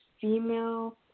female